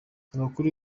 abakuru